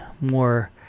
more